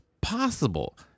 possible